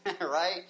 right